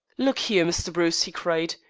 look here, mr. bruce! he cried,